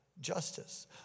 justice